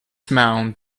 mound